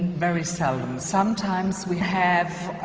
very seldom. sometimes we have,